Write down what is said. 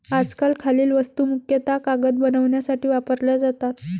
आजकाल खालील वस्तू मुख्यतः कागद बनवण्यासाठी वापरल्या जातात